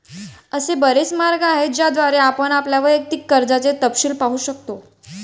असे बरेच मार्ग आहेत ज्याद्वारे आपण आपल्या वैयक्तिक कर्जाचे तपशील पाहू शकता